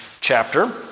chapter